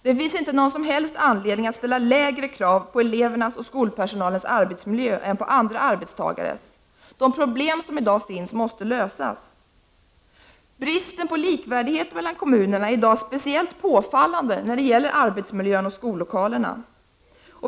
Det finns inte någon som helst anledning att ställa lägre krav på elevernas och skolpersonalens arbetsmiljö än på andra arbetstagares. De problem som i dag finns måste lösas. Bristen på likvärdighet mellan kommunerna är i dag speciellt påfallande när det gäller arbetsmiljön och skollokalerna.